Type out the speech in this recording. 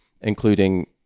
including